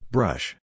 Brush